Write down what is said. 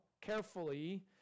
carefully